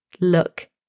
look